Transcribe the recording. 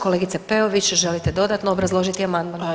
Kolegice Peović želite dodatno obrazložiti amandman.